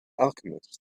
alchemist